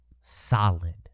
solid